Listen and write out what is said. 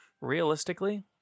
realistically